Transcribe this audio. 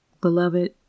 Beloved